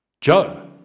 Joe